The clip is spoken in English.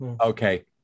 okay